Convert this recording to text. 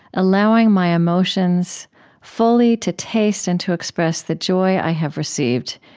allowing my emotions fully to taste and to express the joy i have received.